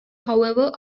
however